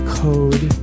code